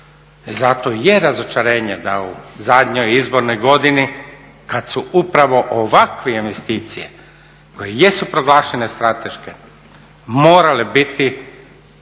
Zato je razočarenje da u zadnjoj izbornoj godini kad su upravo ovakve investicije koje jesu proglašene strateške, morale biti